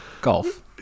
golf